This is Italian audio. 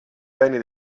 beni